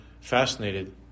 fascinated